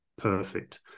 perfect